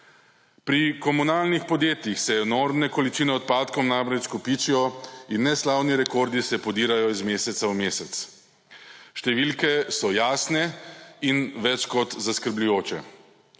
Pri komunalnih podjetjih se enormne količine odpadkov namreč kopičijo in neslavni rekordi se podirajo iz meseca v mesec. Številke so jasne in več kot zaskrbljujoče.